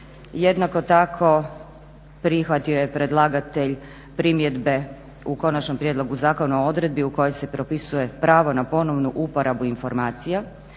Jednako tako prihvatio je predlagatelj primjedbe u konačnom prijedlogu zakona u odredbi u kojoj se propisuje pravo na ponovnu uporabu informacija